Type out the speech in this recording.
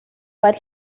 but